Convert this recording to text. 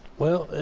well,